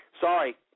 Sorry